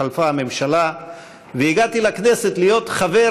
התחלפה הממשלה והגעתי לכנסת להיות חבר